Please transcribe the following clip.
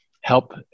help